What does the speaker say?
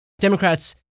Democrats